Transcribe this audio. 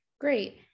Great